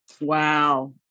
Wow